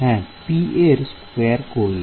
হ্যাঁ p এর square করলে